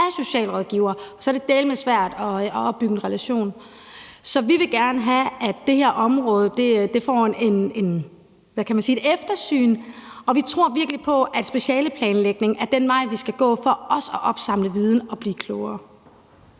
af socialrådgivere, og så er det dæleme svært at opbygge en relation. Så vi vil gerne have, at det her område får et eftersyn, og vi tror virkelig på, at specialeplanlægning er den vej, vi skal gå, for også at opsamle viden og blive klogere.